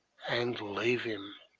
and leave him.